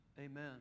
Amen